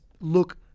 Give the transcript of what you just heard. Look